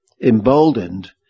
emboldened